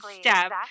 step